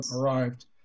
arrived